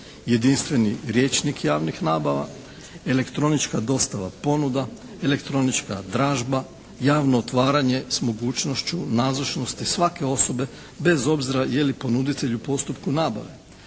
Jedinstveni rječnik javnih nabava, elektronička dostava ponuda, elektronička dražba, javno otvaranje s mogućnošću nazočnosti svake osobe bez obzira je li ponuditelj u postupku nabave.